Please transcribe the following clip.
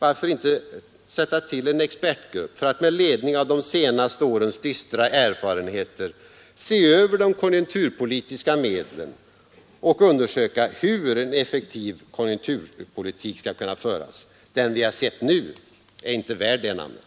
Varför inte tillsätta en expertgrupp för att med ledning av de senaste årens dystra erfarenheter se över de konjunkturpolitiska medlen och undersöka hur en effektiv konjunkturpolitik skall kunna föras? Den vi har sett nu är inte värd det namnet.